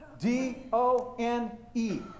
D-O-N-E